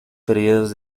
períodos